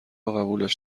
قبولش